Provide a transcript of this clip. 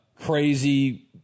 crazy